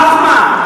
מה החוכמה,